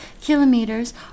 kilometers